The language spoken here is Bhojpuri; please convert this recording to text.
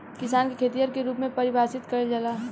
किसान के खेतिहर के रूप में परिभासित कईला जाला